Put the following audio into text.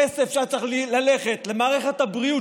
כסף שהיה צריך ללכת למערכת הבריאות,